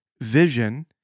vision